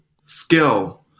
skill